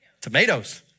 Tomatoes